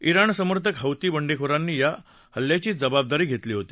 Iran समर्थक Houthi बंडखोरांनी या हल्ल्याची जबाबदारी घेतली होती